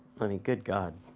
i mean, good god.